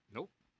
Nope